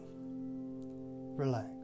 Relax